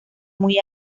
muy